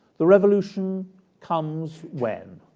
the revolution comes when?